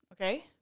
Okay